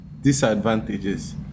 disadvantages